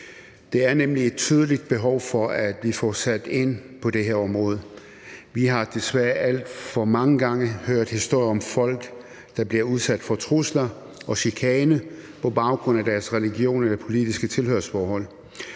Der er nemlig et tydeligt behov for, at vi får sat ind på det her område. Vi har desværre alt for mange gange hørt historier om folk, der bliver udsat for trusler og chikane på baggrund af deres religion eller politiske tilhørsforhold.